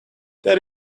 there